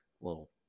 little